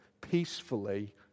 peacefully